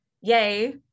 yay